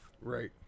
Right